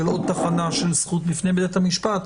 וזה עוד תחנה של זכות בפני בית המשפט,